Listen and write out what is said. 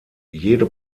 jede